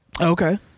Okay